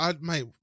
Mate